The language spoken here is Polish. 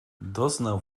doznał